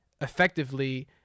effectively